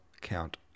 Count